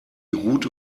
route